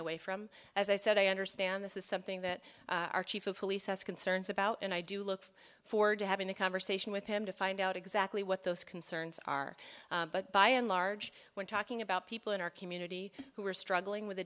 away from as i said i understand this is something that our chief of police us concerns about and i do look forward to having a conversation with him to find out exactly what those concerns are but by and large when talking about people in our community who are struggling with